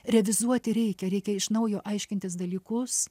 revizuoti reikia reikia iš naujo aiškintis dalykus